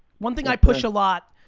one thing i push a lot